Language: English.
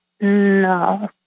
No